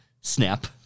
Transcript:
Snap